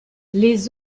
les